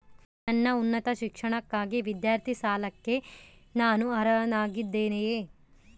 ನನ್ನ ಉನ್ನತ ಶಿಕ್ಷಣಕ್ಕಾಗಿ ವಿದ್ಯಾರ್ಥಿ ಸಾಲಕ್ಕೆ ನಾನು ಅರ್ಹನಾಗಿದ್ದೇನೆಯೇ?